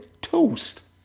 toast